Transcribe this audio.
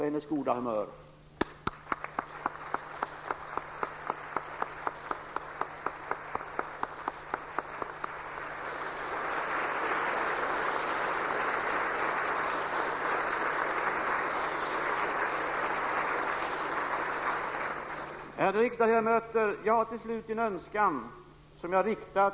Ödmjukhet och hänsyn präglar både hans person och hans arbete.